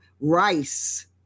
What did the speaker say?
rice